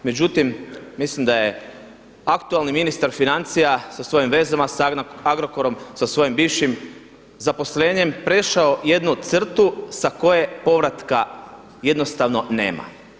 Međutim, mislim da je aktualni ministar financija sa svojim vezama sa Agrokorom, sa svojim bivšim zaposlenjem prešao jednu crtu sa koje povratka jednostavno nema.